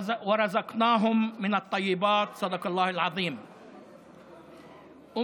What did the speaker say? ופרנסנו אותם בכל טוב." דברי אללה העצום הם אמת,